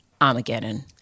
Armageddon